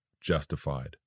justified